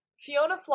Fiona